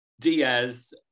Diaz